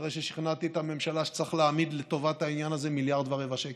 אחרי ששכנעתי את הממשלה שצריך להעמיד לטובת העניין 1.25 מיליארד שקל.